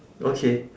okay